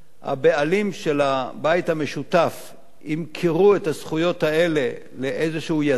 הבעלים של הבית המשותף ימכרו את הזכויות האלה לאיזשהו יזם,